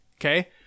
okay